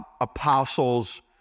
apostles